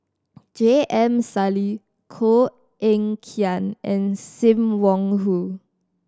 J M Sali Koh Eng Kian and Sim Wong Hoo